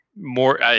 more